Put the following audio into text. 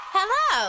Hello